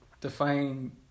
define